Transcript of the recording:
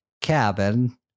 cabin